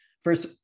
first